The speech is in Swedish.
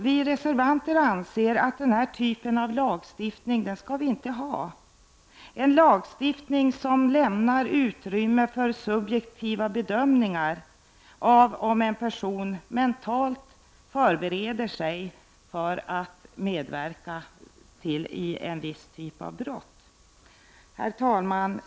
Vi reservanter anser att vi inte skall ha den här typen av lagstiftning — en lagstiftning som medger utrymme för subjektiva bedömningar av om en person mentalt förbereder sig för att medverka till en viss typ av brott. Herr talman!